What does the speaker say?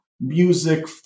music